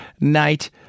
night